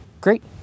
Great